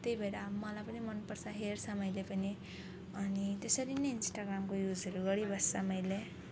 त्यही भएर मलाई पनि मनपर्छ हेर्छु मैले पनि अनि त्यसरी नै इन्स्टाग्रामको युजहरू गरिबस्छु मैले